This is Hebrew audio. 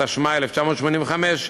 התשמ"ה 1985,